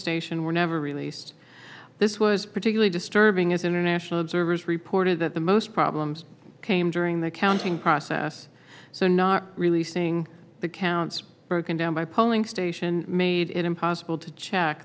station were never release this was particularly disturbing as international observers reported that the most problems came during the counting process so not releasing the counts broken down by polling station made it impossible to check